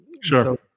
sure